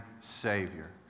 Savior